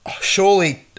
Surely